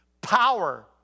Power